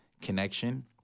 connection